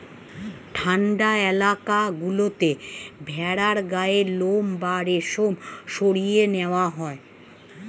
ঠান্ডা এলাকা গুলোতে ভেড়ার গায়ের লোম বা রেশম সরিয়ে নেওয়া হয়